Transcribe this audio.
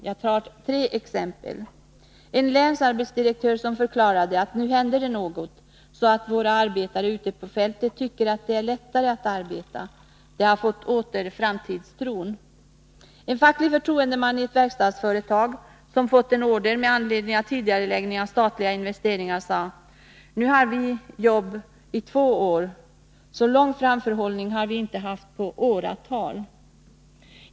Jag vill gärna illustrera detta med tre exempel: En länsarbetsdirektör förklarade: Nu händer det något, så våra arbetare ute på fältet tycker att det är lättare att arbeta. De har fått framtidstron åter. En facklig förtroendeman i ett verkstadsföretag, som fått en order med anledning av tidigareläggning av statliga investeringar, sade: Nu har vi jobb i två år. Så lång framförhållning har vi inte haft på åratal.